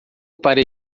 para